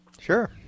Sure